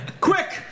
quick